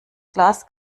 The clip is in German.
glas